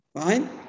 Fine